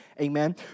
Amen